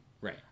right